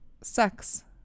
sex